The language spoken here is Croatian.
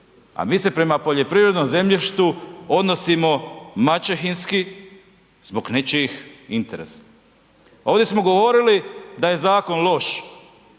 a mi se prema poljoprivrednom zemljištu odnosimo maćehinski zbog nečijih interesa. Ovdje smo govorili da je zakon loš.